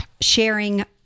sharing